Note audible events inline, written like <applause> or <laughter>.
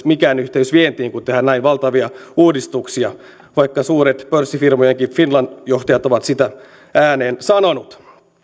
<unintelligible> mikään yhteys vientiin kun tehdään näin valtavia uudistuksia vaikka suurten pörssifirmojenkin johtajat ovat sen ääneen sanoneet